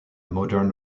modern